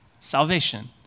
Salvation